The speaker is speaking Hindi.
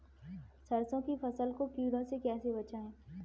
सरसों की फसल को कीड़ों से कैसे बचाएँ?